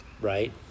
right